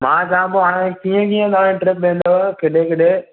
मां चयां पोइ हाणे कीअं ॾींहं लाइ ट्रिप वेंदो केॾे केॾे